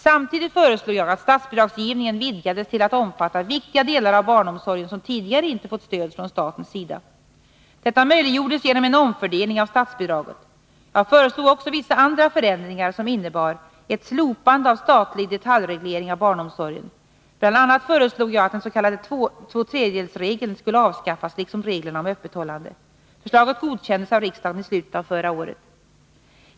Samtidigt föreslog jag att statsbidragsgivningen vidgades till att omfatta viktiga delar av barnomsorgen som tidigare inte fått stöd från statens sida. Detta möjliggjordes genom en omfördelning av statsbidraget. Jag föreslog också vissa andra förändringar, som innebar ett slopande av statlig detaljreglering av barnomsorgen. Bl. a. föreslog jag att den s.k. tvåtredjedelsregeln skulle avskaffas liksom reglerna om öppethållande. Förslaget godkändes av riksdagen i slutet av förra året.